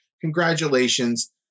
congratulations